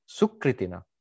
Sukritina